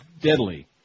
deadly